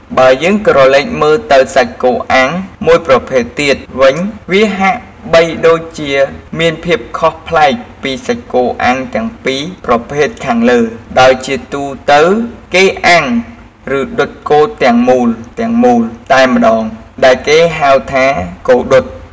បើយើងក្រឡេកទៅមើលសាច់គោអាំងមួយប្រភេទទៀតវិញ វាហាក់បីដូចជាមានភាពខុសប្លែកពីសាច់គោអាំងទាំងពីរប្រភេទខាងលើ ដោយជាទូទៅគេអាំងឬដុតគោទាំងមូលៗតែម្ដង ដែលគេហៅថា គោដុត។